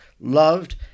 loved